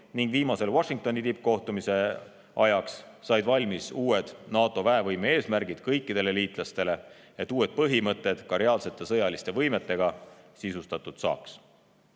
ning viimase Washingtoni tippkohtumise ajaks said kirja uued NATO väevõime eesmärgid kõikidele liitlastele, et uued põhimõtted ka reaalsete sõjaliste võimetega sisustatud saaks.